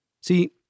See